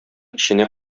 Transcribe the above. эченә